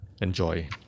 Enjoy